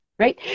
Right